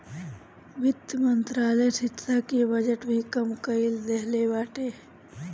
वित्त मंत्रालय शिक्षा के बजट भी कम कई देहले बाटे